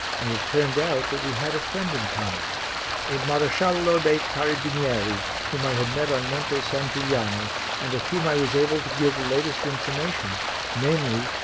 and it turned out that we had a friend in common a maresciallo dei carabinieri whom i had met on monte san giuliano and of whom i was able to give the latest information namely,